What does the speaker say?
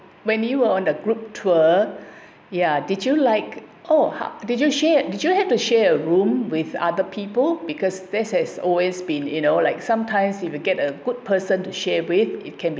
when you were on a group tour ya did you like oh how did you share did you have to share a room with other people because this has always been you know like sometimes if you get a good person to share with it can be